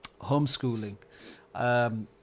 homeschooling